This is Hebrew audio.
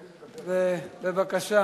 בבקשה.